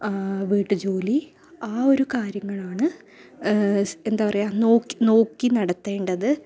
വീട്ടുജോലി ആ ഒരു കാര്യങ്ങളാണ് സ് എന്താണ് പറയുക നോ നോക്കി നടത്തേണ്ടത്